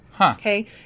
okay